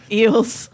Eels